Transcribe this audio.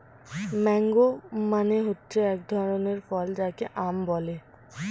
mango মানে হচ্ছে এক ধরনের ফল যাকে আম বলে